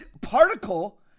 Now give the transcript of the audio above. particle